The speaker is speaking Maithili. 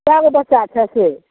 कएगो बच्चा छै से